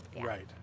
Right